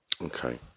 okay